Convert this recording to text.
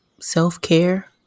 self-care